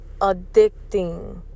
addicting